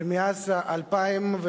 מאז 2007,